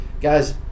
guys